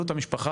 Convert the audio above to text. המשפחה,